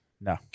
No